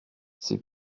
c’est